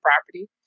property